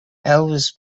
elvis